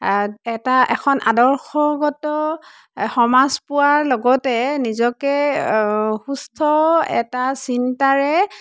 এটা এখন আদৰ্শগত সমাজ পোৱাৰ লগতে নিজকে সুস্থ এটা চিন্তাৰে